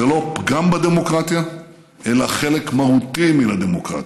זה לא פגם בדמוקרטיה אלא חלק מהותי מן הדמוקרטיה.